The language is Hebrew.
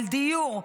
על דיור,